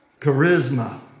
Charisma